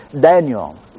Daniel